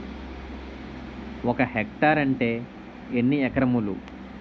ఒక హెక్టార్ అంటే ఎన్ని ఏకరములు?